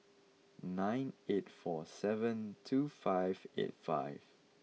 nine eight four seven two five eight five